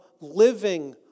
living